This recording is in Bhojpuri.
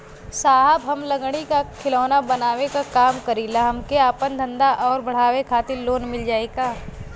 साहब हम लंगड़ी क खिलौना बनावे क काम करी ला हमके आपन धंधा अउर बढ़ावे के खातिर लोन मिल जाई का?